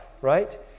right